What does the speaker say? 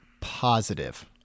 positive